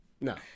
No